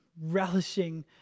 relishing